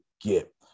get